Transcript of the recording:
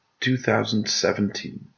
2017